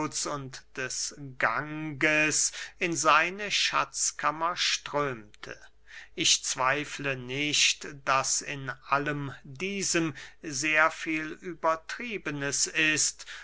und des ganges in seine schatzkammer strömte ich zweifle nicht daß in allem diesem sehr viel übertriebenes ist